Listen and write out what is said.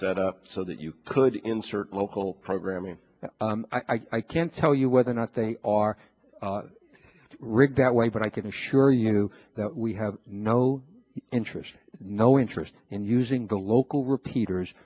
set up so that you could insert local programming i can't tell you whether or not they are rigged that way but i can assure you that we have no interest no interest in using the local repeaters